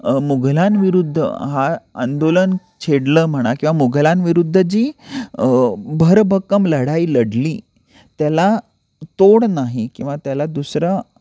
मुघलांविरुद्ध हा आंदोलन छेडलं म्हणा किंवा मुघलांविरुद्ध जी भरभक्कम लढाई लढली त्याला तोड नाही किंवा त्याला दुसरा